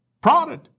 prodded